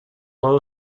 low